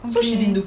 okay